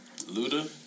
Luda